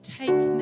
take